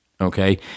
okay